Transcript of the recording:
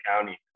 county